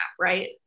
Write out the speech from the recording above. right